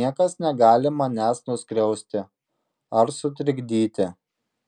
niekas negali manęs nuskriausti ar sutrikdyti